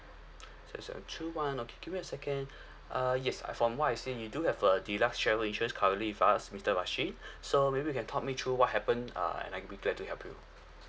seven seven two one okay give me a second uh yes uh from what I see you do have a deluxe travel insurance currently with us mister rashid so maybe you can talk me through what happened uh and I'll be glad to help you